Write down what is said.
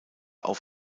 auf